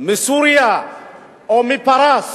מסוריה או מפרס